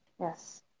Yes